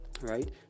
right